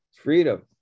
freedom